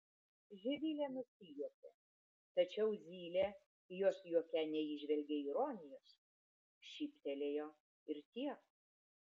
živilė nusijuokė tačiau zylė jos juoke neįžvelgė ironijos šyptelėjo ir tiek